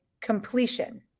completion